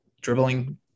dribbling